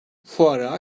fuara